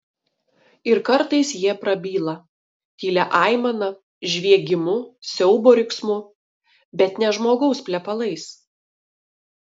ir kartais jie prabyla tylia aimana žviegimu siaubo riksmu bet ne žmogaus plepalais